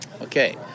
Okay